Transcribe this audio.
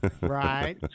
Right